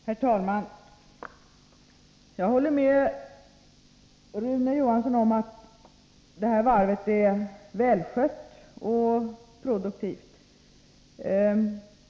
Herr talman! Jag håller med Rune Johansson om att det här varvet är välskött och produktivt.